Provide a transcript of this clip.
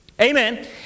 Amen